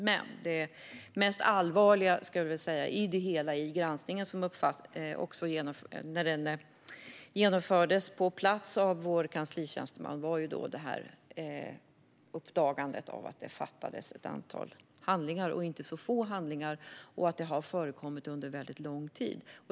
Men det mest allvarliga när granskningen genomfördes på plats av vår kanslitjänsteman var uppdagandet att det fattades ett antal handlingar, och inte så få handlingar, och att det har förekommit under mycket lång tid.